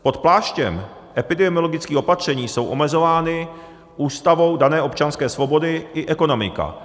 Pod pláštěm epidemiologických opatření jsou omezovány Ústavou dané občanské svobody i ekonomika.